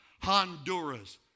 Honduras